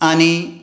आनी